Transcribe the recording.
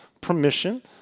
permission